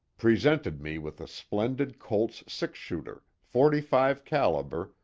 presented me with a splendid colt's six-shooter, forty-five calibre,